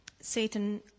Satan